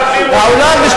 האלה ידועים,